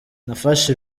nafashe